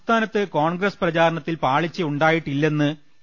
സംസ്ഥാനത്ത് കോൺഗ്രസ് പ്രചാരണത്തിൽ പാളിച്ചയുണ്ടായി ട്ടില്ലെന്ന് എ